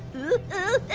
ooh,